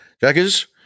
Jackers